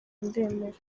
ndemera